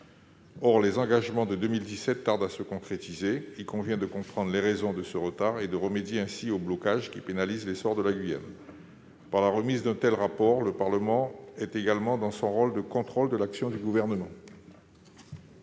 Les engagements de 2017 tardant à se concrétiser, il convient de comprendre les raisons de ce retard et de remédier ainsi au blocage qui pénalise l'essor de la Guyane. En réclamant un tel rapport, le Parlement est dans son rôle de contrôle de l'action du Gouvernement.